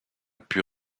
puis